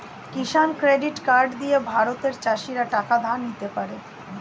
কিষান credit card দিয়ে ভারতের চাষীরা টাকা ধার নিতে পারে